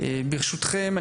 ברשותכם,